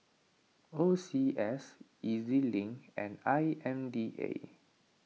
O C S E Z Link and I M D A